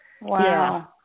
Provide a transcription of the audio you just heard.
Wow